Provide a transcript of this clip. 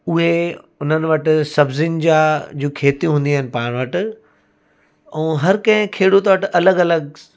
उहे उन्हनि वटि सब्ज़ियुनि जा जो खेतियूं हूंदियूं आहिनि पाण वटि ऐं हर कंहिं खेड़ूत वटि अलॻि अलॻि